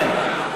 כן.